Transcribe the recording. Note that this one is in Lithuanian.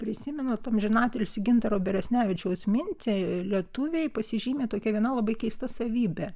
prisimenant amžinatilsį gintaro beresnevičiaus minčiai lietuviai pasižymi tokia viena labai keista savybe